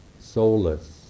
soulless